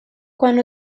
quan